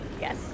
Yes